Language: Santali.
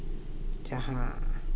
ᱡᱟᱦᱟᱸ